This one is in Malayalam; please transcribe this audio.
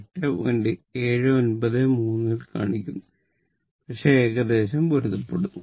793 ൽ കാണിക്കുന്നത് പക്ഷേ അത് ഏകദേശം പൊരുത്തപ്പെടുന്നു